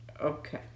Okay